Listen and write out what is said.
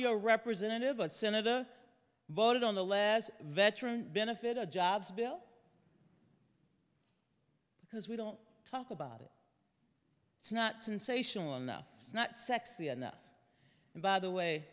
your representative a senator voted on the last veteran benefit of jobs bill because we don't talk about it it's not sensational enough not sexy enough and by the way